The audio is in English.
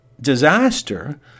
disaster